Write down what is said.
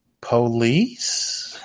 police